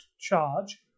charge